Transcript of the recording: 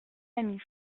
ami